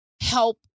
help